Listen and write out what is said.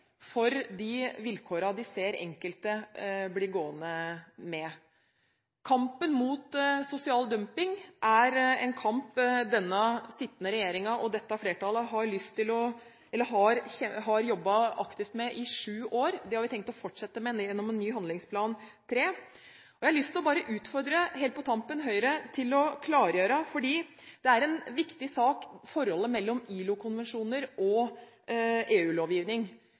for de vilkårene de ser enkelte blir gående med. Kampen mot sosial dumping er en kamp den sittende regjering og dette flertallet har jobbet aktivt med i syv år. Det har vi tenkt å fortsette med gjennom en ny handlingsplan 3. Jeg har bare helt på tampen lyst til å utfordre Høyre til å klargjøre – fordi det er en viktig sak – forholdet mellom ILO-konvensjoner og